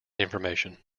information